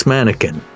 Mannequin